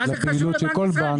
מה זה קשור לבנק ישראל?